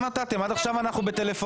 3. הצעת חוק הספורט (תיקון - הסדרת העיסוק באימון ספורט),